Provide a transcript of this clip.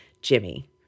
Jimmy